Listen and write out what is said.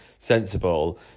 Sensible